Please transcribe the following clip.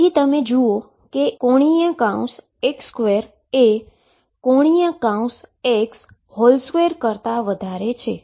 તેથી તમે જુઓ ⟨x2⟩ એ ⟨x⟩2 કરતા વધારે છે